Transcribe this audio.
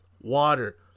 Water